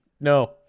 no